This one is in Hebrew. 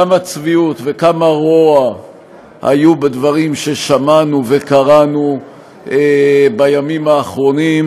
כמה צביעות וכמה רוע היו בדברים ששמענו וקראנו בימים האחרונים,